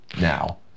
now